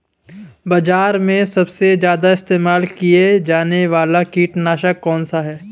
बाज़ार में सबसे ज़्यादा इस्तेमाल किया जाने वाला कीटनाशक कौनसा है?